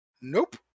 Nope